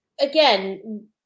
again